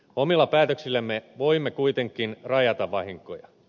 omilla päätöksillämme voimme kuitenkin rajata vahinkoja